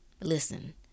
Listen